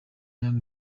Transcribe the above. young